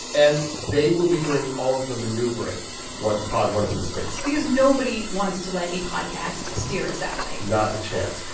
and they will be doing all of the maneuvering once pod one is in space because nobody wants to let a podcast steer a satellite not a chance.